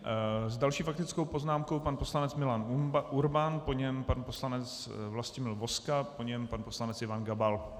S další faktickou poznámkou pan poslanec Milan Urban, po něm pan poslanec Vlastimil Vozka, po něm pan poslanec Ivan Gabal.